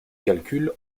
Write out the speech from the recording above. calcule